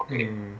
mm